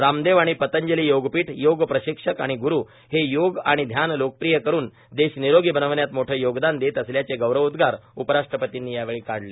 रामदेव आणि पतंजली योगपीठ योग प्रशिक्षक आणि ग्रु हे योग आणि ध्यान लोकप्रिय करून देश निरोगी बनवण्यात मोठं योगदान देत असल्याचे गौरवोदगार उपराष्ट्रपतींनी यावेळी काढले